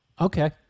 okay